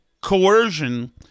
coercion